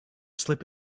slip